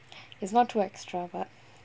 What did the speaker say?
it's not too extra but